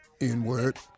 N-word